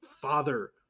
father